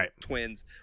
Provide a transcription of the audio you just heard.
twins